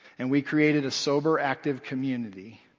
and we created a sober, active community.